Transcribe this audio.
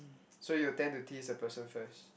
so you will tend to tease the person first